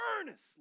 earnestly